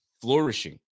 flourishing